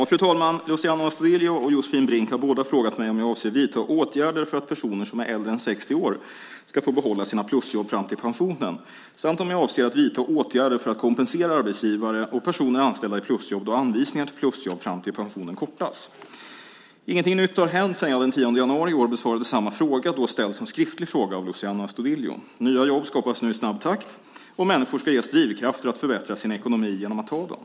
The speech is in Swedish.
Fru talman! Luciano Astudillo och Josefin Brink har båda frågat mig om jag avser att vidta åtgärder för att personer som är äldre än 60 år ska få behålla sina plusjobb fram till pensionen samt om jag avser att vidta åtgärder för att kompensera arbetsgivare och personer anställda i plusjobb då anvisningar till plusjobb fram till pension kortas. Ingenting nytt har hänt sedan jag den 10 januari i år besvarade samma fråga, då ställd som skriftlig fråga av Luciano Astudillo. Nya jobb skapas nu i snabb takt, och människor ska ges drivkrafter att förbättra sin ekonomi genom att ta dem.